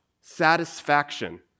Satisfaction